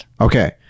okay